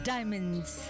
Diamonds